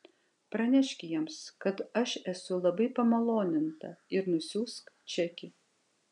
pranešk jiems kad aš esu labai pamaloninta ir nusiųsk čekį